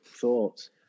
thoughts